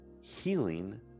healing